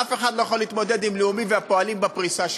אף אחד לא יכול להתמודד עם לאומי והפועלים בפריסה שלהם.